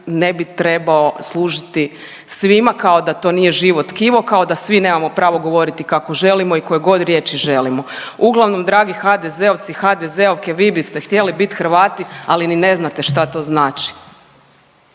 ne bi trebao služiti svima, kao da to nije živo tkivo, kao da svi nemamo pravo govoriti kako želimo i koje god riječi želimo. Uglavnom dragi HDZ-ovci i HDZ-ovke vi biste htjeli bit Hrvati, ali ni ne znate šta to znači.